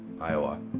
Iowa